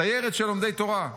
סיירת של לומדי תורה,